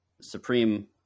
supreme